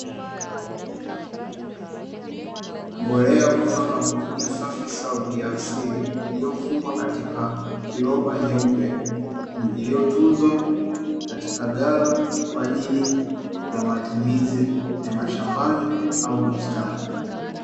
Mbolea kutoka kampuni ya "safi sarvi" ya asili, iliyofungwa katika kiroba nyeupe iliyotunzwa katika ghala kwa ajili ya matumizi ya mashambani au bustani.